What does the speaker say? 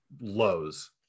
lows